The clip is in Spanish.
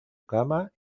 cama